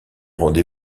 rendez